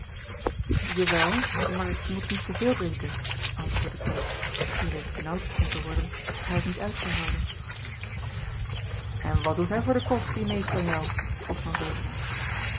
jawel maar ik moet niet te veel drinken antwoordde bleek die reeds benaauwd begon te worden dat hij t niet uit zou houden en wat doet hij voor de kost die neef van jou vroeg van